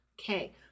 Okay